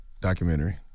documentary